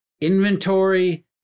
inventory